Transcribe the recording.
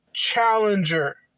Challenger